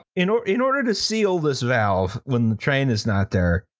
in ah in order to seal this valve when the train is not there,